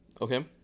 Okay